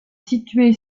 située